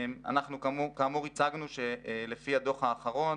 אנחנו כאמור הצגנו שלפי הדוח האחרון.